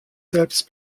selbst